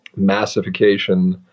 massification